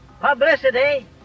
publicity